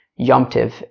yomtiv